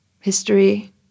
history